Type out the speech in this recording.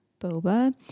boba